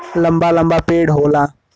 लंबा लंबा पेड़ होला